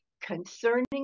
concerning